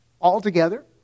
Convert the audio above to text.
Altogether